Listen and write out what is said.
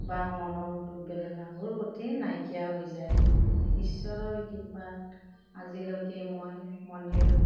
বা মনৰ দুখ বেদনাবোৰ গোটেই নাইকিয়া হৈ যায় ঈশ্বৰৰ কৃপাত আজিলৈকে মই মন্দিৰত